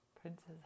Princess